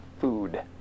food